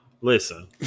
Listen